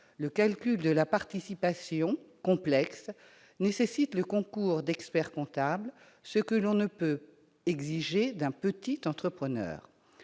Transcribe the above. Le calcul de la participation, qui est complexe, nécessite le concours d'un expert-comptable, ce que l'on ne peut pas exiger d'un petit entrepreneur.